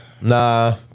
Nah